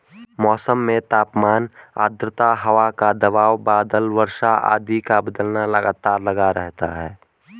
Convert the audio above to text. मौसम में तापमान आद्रता हवा का दबाव बादल वर्षा आदि का बदलना लगातार लगा रहता है